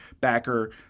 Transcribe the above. backer